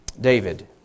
David